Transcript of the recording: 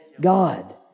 God